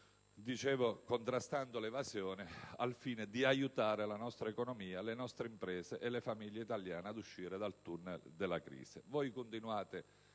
minore entrata allo stesso titolo), al fine di aiutare la nostra economia, le nostre imprese e le famiglie italiane ad uscire dal tunnel della crisi.